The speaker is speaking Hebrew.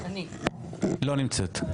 לא נמצאת,